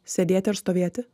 sėdėti ar stovėti